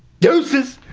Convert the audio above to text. dohses!